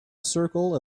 circle